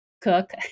cook